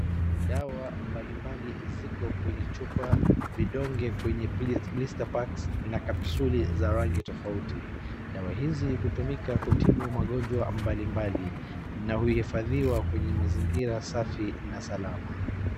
Dawa mbalimbali ziko kwenye chupa, vidonge kwenye blister packs , na kapsuli za rangi tofauti. Dawa hizi hutumika kutibu magonjwa mbalimbali, na huhifadhiwa kwenye mazingira safi na salama.